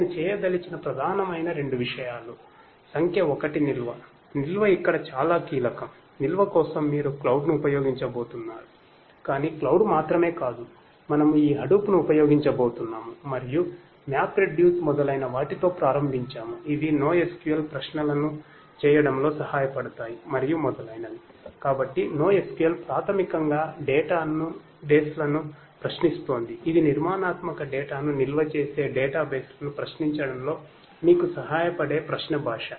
నేను చేయదలిచిన ప్రధానమైన 2 విషయాలు సంఖ్య 1 నిల్వ నిల్వ ఇక్కడ చాలా కీలకంనిల్వ కోసం మీరు క్లౌడ్ బేస్లను ప్రశ్నించడంలో మీకు సహాయపడే ప్రశ్న భాష